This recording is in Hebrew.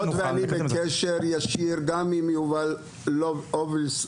ואני נמצא בקשר ישיר עם יובל אוליבסטון,